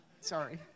sorry